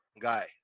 guy